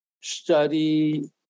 study